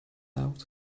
out